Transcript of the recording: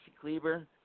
Kleber